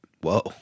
Whoa